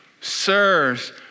sirs